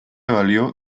valió